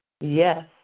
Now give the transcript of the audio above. Yes